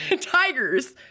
Tigers